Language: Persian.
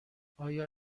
آیا